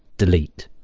delete,